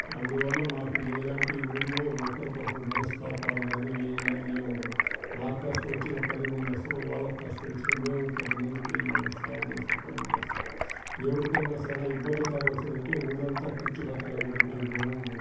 అందువల్ల మాకు ఏలాంటి ఊళ్ళో ఒకరికొకరు మనస్తాపాలు కానీ ఏం గానీ ఏమి ఉండవు నాకు కష్టం వచ్చినా పది మంది వస్తారు వాళ్ళకి కష్టం వచ్చినా మేము పది మంది పోయి వాళ్ళకి సేవచేసే పనులు చేస్తాం ఎవరి కన్నా చాలా ఇబ్బందికరం వచ్చిందంటే ఊరంతా కలిసి కట్టుగా పోయి మేము